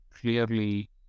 clearly